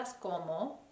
como